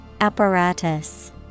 Apparatus